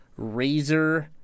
Razer